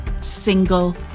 single